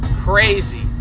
crazy